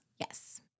Yes